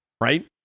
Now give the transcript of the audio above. right